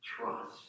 trust